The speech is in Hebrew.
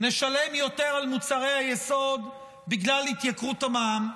נשלם יותר על מוצרי היסוד בגלל התייקרות המע"מ,